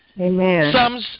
Amen